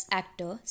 actor